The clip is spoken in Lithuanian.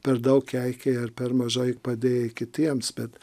per daug keikei ar per mažai padėjai kitiems bet